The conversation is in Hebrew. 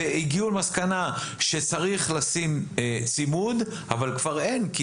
והגיעו למסקנה שצריך לשים צימוד אבל כבר אין כי